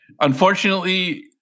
unfortunately